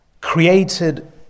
created